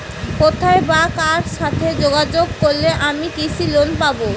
কোথায় বা কার সাথে যোগাযোগ করলে আমি কৃষি লোন পাব?